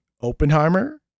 Oppenheimer